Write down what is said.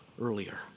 earlier